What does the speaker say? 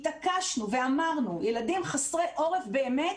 התעקשנו ואמרנו, ילדים חסרי עורף באמת,